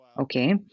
okay